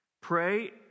pray